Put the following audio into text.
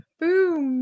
boom